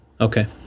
Okay